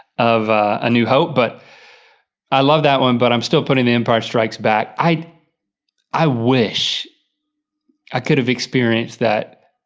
of a new hope, but i love that one, but i'm still putting the empire strikes back. i i wish i could have experienced that,